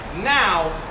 Now